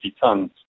tons